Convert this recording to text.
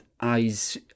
eyes